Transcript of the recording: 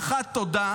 לא מילה אחת של תודה,